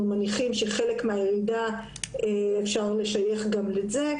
מניחים שחלק מהירידה אפשר לשייך גם לזה,